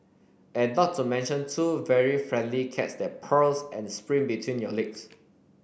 and not to mention two very friendly cats that purrs and sprint between your legs